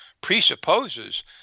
presupposes